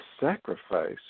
sacrifice